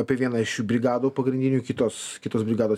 apie vieną iš šių brigadų pagrindinių kitos kitos brigados